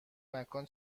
مکان